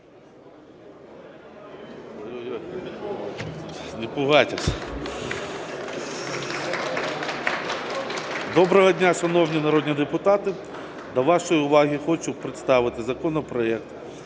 Доброго дня, шановні народні депутати! До вашої уваги хочу представити законопроект